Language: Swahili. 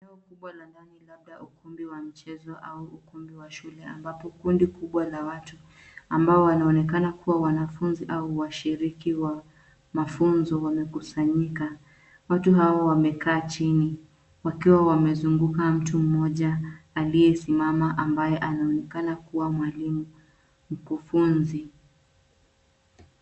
Eneo kubwa la ndani labda ukumbi wa michezo au ukumbi wa shule, ambapo kuna kundi kubwa la watu ambao wanaonekana kuwa wanafunzi au washiriki wa mafunzo wamekusanyika. Watu hawa wamekaa chini, wakiwa wamezunguka mtu mmoja aliyesimama ambaye anaonekana kuwa mwalimu au mkufunzi.